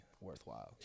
worthwhile